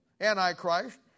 Antichrist